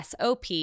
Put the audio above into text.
SOP